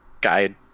guide